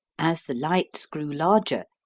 as the lights grew larger,